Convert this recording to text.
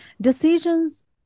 Decisions